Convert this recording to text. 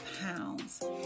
pounds